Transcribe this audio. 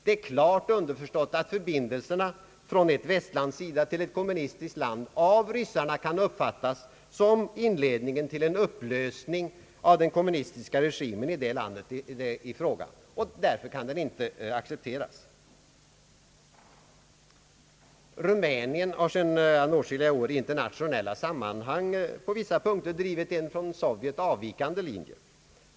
Det är klart underförstått att förbindelserna från ett västlands sida till ett kommunistiskt land av ryssarna kan uppfattas som inledningen till en upplösning av den kommunistiska regimen i det land som det är fråga om och som därför inte kan accepteras. Rumänien har sedan åtskilliga år i internationella sammanhang på vissa punkter drivit en från Sovjet avvikande linje.